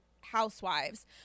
housewives